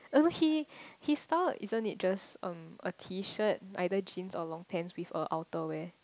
as in he his style isn't it just um a T shirt either jeans or long pants with a outerwear